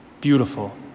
beautiful